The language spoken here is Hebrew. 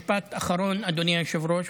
משפט אחרון, אדוני היושב-ראש.